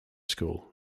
school